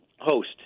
host